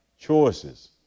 choices